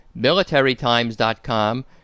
MilitaryTimes.com